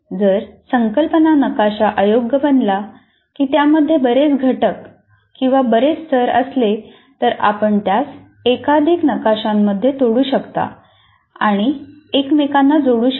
जर संकल्पना नकाशा अयोग्य बनला की त्यामध्ये बरेच घटक किंवा बरेच स्तर असले तर आपण त्यास एकाधिक नकाशांमध्ये तोडू शकता आणि एकमेकांना जोडू शकता